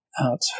out